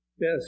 Yes